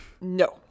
No